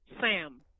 Sam